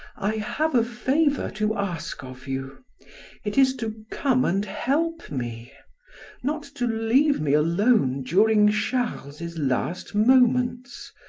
i have a favor to ask of you it is to come and help me not to leave me alone during charles's last moments.